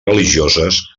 religioses